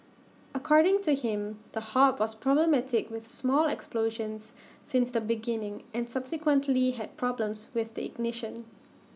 according to him the hob was problematic with small explosions since the beginning and subsequently had problems with the ignition